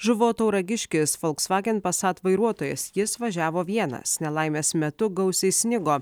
žuvo tauragiškis volkswagen passat vairuotojas jis važiavo vienas nelaimės metu gausiai snigo